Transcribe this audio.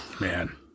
man